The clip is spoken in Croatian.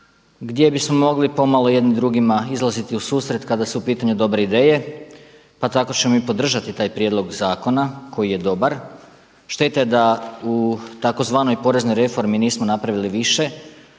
gdje bismo mogli pomalo jedni drugima izlaziti u susret kada su u pitanju dobre ideje pa tako ćemo i podržati taj prijedlog zakona koji je dobar. Šteta je da u tzv. poreznoj reformi nismo napravili više